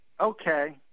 okay